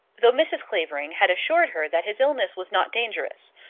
though mrs. clavering had assured her that his illness was not dangerous.